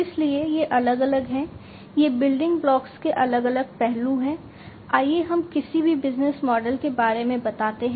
इसलिए ये अलग अलग हैं ये बिल्डिंग ब्लॉक्स के अलग अलग पहलू हैं आइए हम किसी भी बिजनेस मॉडल के बारे में बताते हैं